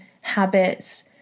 habits